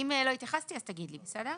אם לא התייחסתי אז תגיד לי בסדר?